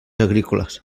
agrícoles